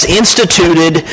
instituted